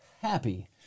happy